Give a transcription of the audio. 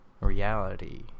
Reality